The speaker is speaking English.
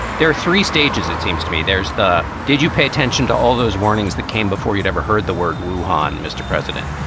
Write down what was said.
there are three stages. it seems to me. there's the did you pay attention to all those warnings that came before you'd ever heard the word wu, ah and mr. president?